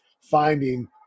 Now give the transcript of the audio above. finding